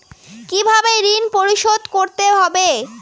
কিভাবে ঋণ পরিশোধ করতে হবে?